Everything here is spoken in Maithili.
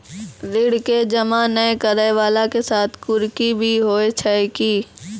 ऋण के जमा नै करैय वाला के साथ कुर्की भी होय छै कि?